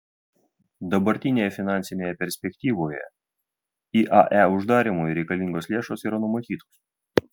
dabartinėje finansinėje perspektyvoje iae uždarymui reikalingos lėšos yra numatytos